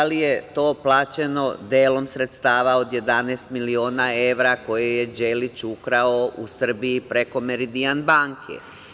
Da li je to plaćeno delom sredstava od 11 miliona evra koje je Đelić ukrao u Srbiji preko "Meridijan banke"